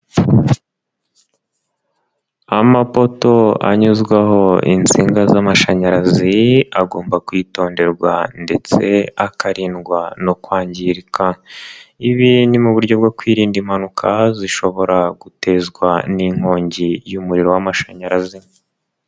Amapoto anyuzwaho insinga z'amashanyarazi, agomba kwitonderwa ndetse akarindwa no kwangirika. Ibi ni mu buryo bwo kwirinda impanuka zishobora gutezwa n'inkongi y'umuriro w'amashanyarazi.